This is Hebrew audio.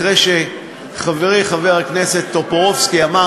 אחרי שחברי חבר הכנסת טופורובסקי אמר